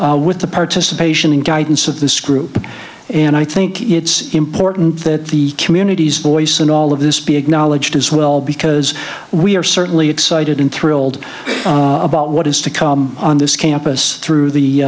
form with the participation and guidance of this group and i think it's important that the community's voice in all of this be acknowledged as well because we are certainly excited and thrilled about what is to come on this campus through the